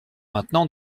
maintenant